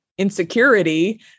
insecurity